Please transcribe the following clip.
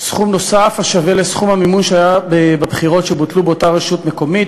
סכום נוסף השווה לסכום המימון שהיה בבחירות שבוטלו באותה רשות מקומית,